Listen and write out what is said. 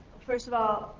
first of all,